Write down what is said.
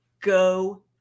go